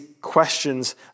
questions